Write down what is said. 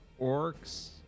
orcs